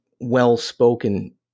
well-spoken